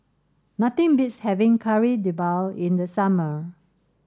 nothing beats having Kari Debal in the summer